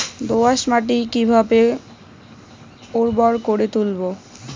দোয়াস মাটি কিভাবে উর্বর করে তুলবো?